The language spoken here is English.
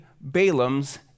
Balaam's